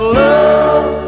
love